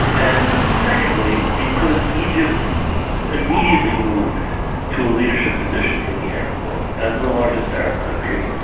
and secondly because egypt immediately moved to a leadership position in the arab world, as the largest arab country,